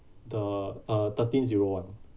the uh thirteen zero one